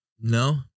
No